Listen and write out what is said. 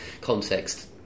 context